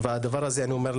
והדבר הזה אני אומר לך,